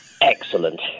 Excellent